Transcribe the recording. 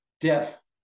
death